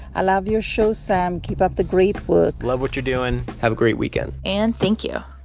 i love your show, sam. keep up the great work love what you're doing have a great weekend and thank you.